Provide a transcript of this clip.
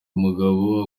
umugabo